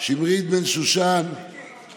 תמסרו לבני גנץ דרישת שלום, שברח, ראש